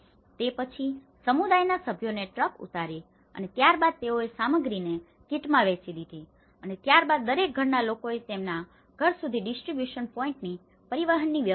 તે પછી સમુદાયના સભ્યોએ ટ્રકને ઉતારી અને ત્યારબાદ તેઓએ સામગ્રીને કીટમાં વહેંચી દીધી અને ત્યારબાદ દરેક ઘરના લોકોએ તેમના ઘર સુધી ડિસ્ટ્રિબ્યુશન પોઇન્ટથી પરિવહનની વ્યવસ્થા કરી